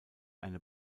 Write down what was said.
eine